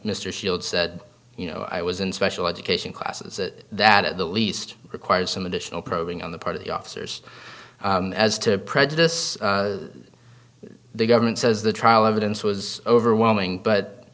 mr shields said you know i was in special education classes that at least required some additional probing on the part of the officers as to prejudice the government says the trial evidence was overwhelming but